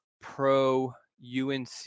pro-UNC